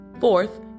Fourth